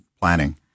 planning